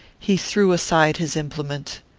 he threw aside his implement.